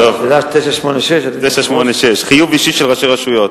שאילתא מס' 986: חיוב אישי של ראשי רשויות.